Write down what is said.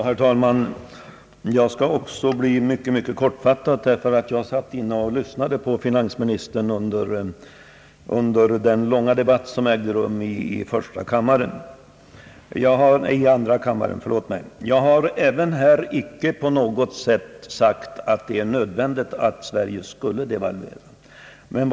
Herr talman! Jag skall också bli mycket kortfattad därför att jag satt och lyssnade på finansministern under den långa debatt som ägde rum i andra kammaren. Jag har inte på något sätt gjort gällande att det är nödvändigt att Sverige devalverar.